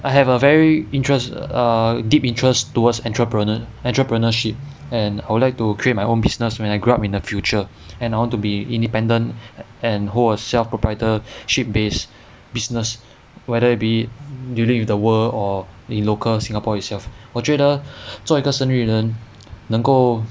I have a very interest err deep interest towards entrepreneur~ entrepreneurship and I would like to create my own business when I grew up in the future and I want to be independent and hold a self proprietorship based business whether it be it dealing with the world or the local singapore itself 我觉得做一个是生意人能够